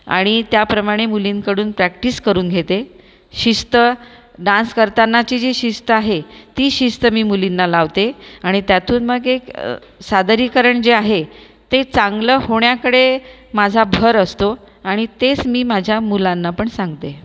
आणि त्याप्रमाणे मुलींकडून प्रॅक्टिस करुन घेते शिस्त डान्स करतानाची जी शिस्त आहे ती शिस्त मी मुलींना लावते आणि त्यातून मग एक सादरीकरण जे आहे ते चांगलं होण्याकडे माझा भर असतो आणि तेच मी माझ्या मुलांना पण सांगते